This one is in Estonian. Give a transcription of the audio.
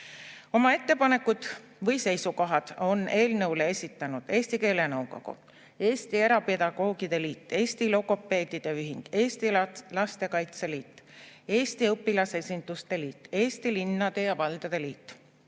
Oma ettepanekud või seisukohad on eelnõu kohta esitanud Eesti keelenõukogu, Eesti Eripedagoogide Liit, Eesti Logopeedide Ühing, Lastekaitse Liit, Eesti Õpilasesinduste Liit, Eesti Linnade ja Valdade Liit,